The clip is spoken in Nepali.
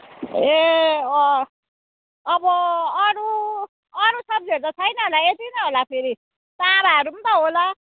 ए अब अरू अरू सब्जीहरू त छैन होला यति नै होला फेरि तामाहरू पनि त होला